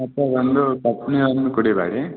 ಮತ್ತು ಒಂದು ನೀರನ್ನು ಕುಡಿಯಬೇಡಿ